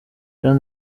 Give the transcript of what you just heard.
jean